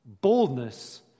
Boldness